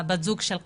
בת הזוג של קאסם,